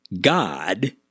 God